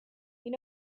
you